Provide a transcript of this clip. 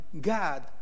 God